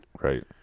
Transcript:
Right